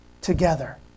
together